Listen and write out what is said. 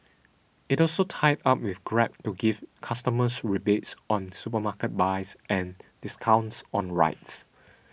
it also tied up with Grab to give customers rebates on supermarket buys and discounts on rides